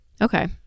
Okay